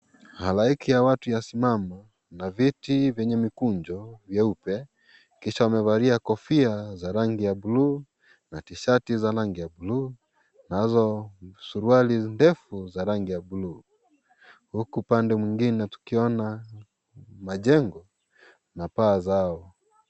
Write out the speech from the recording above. Halaiki ya watu yasimama na viti yenye mikunjo vyeupe. Kisha wamevalia kofia za rangi ya bluu na tishati ya rangi ya bluu nazo suruali ndefu za rangi ya bluu. Huku upande mwingine tukiona majengo na paa zao.